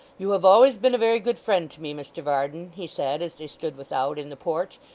you have always been a very good friend to me, mr varden he said, as they stood without, in the porch,